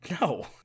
No